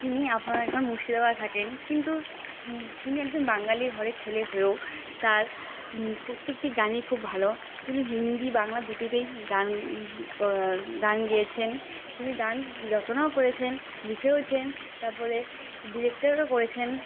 তিনি আপাতত এখন মুর্শিদাবাদে থাকেন কিন্তু তিনি একজন বাঙালি ঘরের ছেলে হয়েও তার প্রত্যেকটি গানই খুব ভালো তিনি হিন্দি বাংলা দুটিতেই গান গান গেছেন তিনি গান রচনাও করেছেন লিখেওছেন তারপরে ডিরক্টও করেছেন